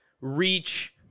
reach